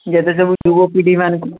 ଏବେ ସବୁ ଯିବ ପିଢିମାନଙ୍କୁ